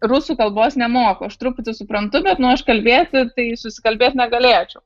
rusų kalbos nemoku aš truputį suprantu bet nu aš kalbėti tai susikalbėt negalėčiau